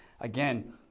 Again